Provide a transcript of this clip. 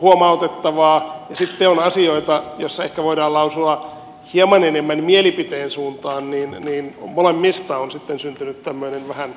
huomautettavaa ja sitten on asioita joissa ehkä voidaan lausua hieman enemmän mielipiteen suuntaan niin molemmista on sitten syntynyt tämmöinen vähän niin kuin närkästys ja hätäännys